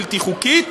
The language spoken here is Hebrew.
בלתי חוקית.